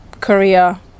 Korea